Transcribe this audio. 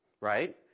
Right